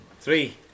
Three